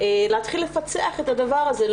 להתחיל לפצח את הדבר הזה.